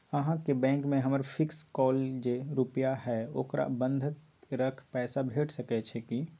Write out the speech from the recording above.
अहाँके बैंक में हमर फिक्स कैल जे रुपिया हय ओकरा बंधक रख पैसा भेट सकै छै कि?